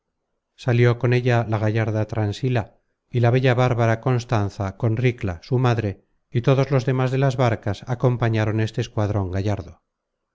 salió con ella la gallarda transila y la bella bárbara constanza con ricla su madre y todos los demas de las barcas acompañaron este escuadron gallardo